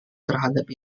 terhadap